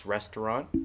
Restaurant